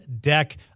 deck